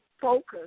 focus